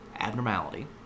abnormality